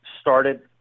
started